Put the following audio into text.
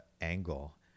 angle